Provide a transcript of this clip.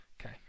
Okay